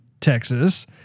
Texas